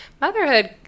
motherhood